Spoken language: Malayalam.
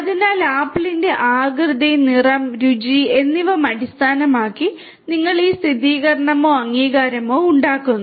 അതിനാൽ ആപ്പിളിന്റെ ആകൃതി നിറം രുചി എന്നിവ അടിസ്ഥാനമാക്കി നിങ്ങൾ ഈ സ്ഥിരീകരണമോ അംഗീകാരമോ ഉണ്ടാക്കുന്നു